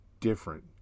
different